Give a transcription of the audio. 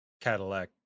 Cadillac